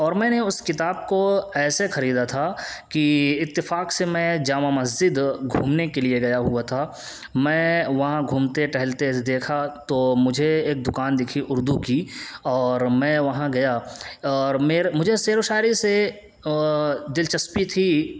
اور میں نے اس کتاب کو ایسے خریدا تھا کہ اتفاق سے میں جامع مسجد گھومنے کے لیے گیا ہوا تھا میں وہاں گھومتے ٹہلتے دیکھا تو مجھے ایک دکان دکھی اردو کی اور میں وہاں گیا اور میرے مجھے شعر و شاعری سے دلچسپی تھی پپع پپع